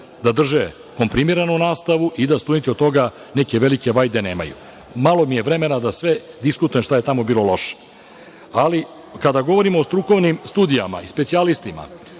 da drže kontinuirano nastavu i da studenti od toga neke velike vajde nemaju. Malo mi je vremena da sve diskutujem šta je tamo bilo loše. Kada govorimo o strukovnim studijama i specijalistima,